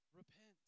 repent